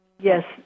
Yes